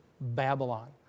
Babylon